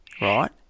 right